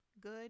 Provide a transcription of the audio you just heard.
good